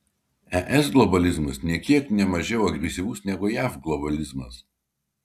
es globalizmas nė kiek ne mažiau agresyvus negu jav globalizmas